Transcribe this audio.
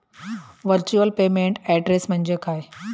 Virtual payment address म्हणजे काय?